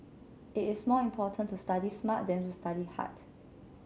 it is more important to study smart than to study hard